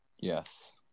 Yes